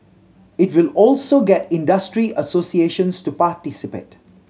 it will also get industry associations to participate